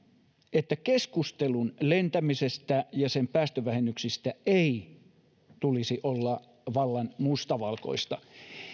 että keskustelun lentämisestä ja sen päästövähennyksistä ei tulisi olla vallan mustavalkoista